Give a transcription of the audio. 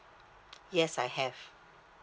yes I have